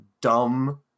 dumb